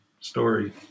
story